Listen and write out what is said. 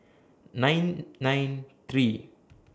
nine nine three